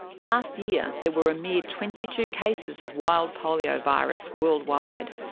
last year there were a mere twenty two cases of wild poliovirus worldwide.